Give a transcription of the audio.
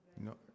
No